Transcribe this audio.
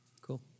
Cool